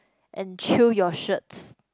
and chew your shirts